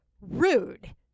rude